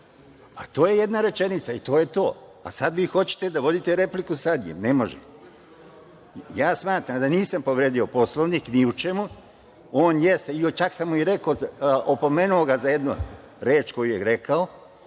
je jedna rečenica, i to je to, a sada vi hoćete da vodite repliku sa njim. Ne može. Ja smatram da nisam povredio Poslovnik ni u čemu. On jeste, čak sam ga i opomenuo za jednu reč koju je rekao